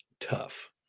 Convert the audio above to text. tough